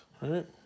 right